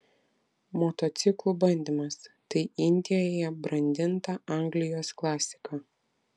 motociklų bandymas tai indijoje brandinta anglijos klasika